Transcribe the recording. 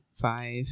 Five